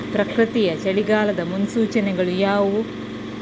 ಪ್ರಕೃತಿಯ ಚಳಿಗಾಲದ ಮುನ್ಸೂಚನೆಗಳು ಯಾವುವು?